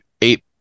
eight